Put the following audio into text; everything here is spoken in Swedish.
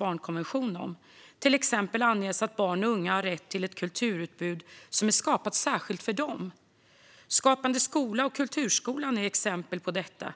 Det anges till exempel att barn och unga har rätt till ett kulturutbud som är skapat särskilt för dem. Skapande skola och kulturskolan är exempel på detta.